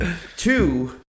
Two